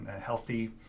healthy